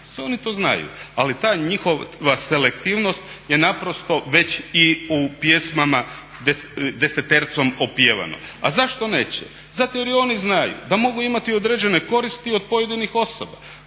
sve oni to znaju, ali ta njihova selektivnost je naprosto već i u pjesmama desetercem opjevana. A zašto neće? Zato jer i oni znaju da mogu imati određene koristi od pojedinih osoba.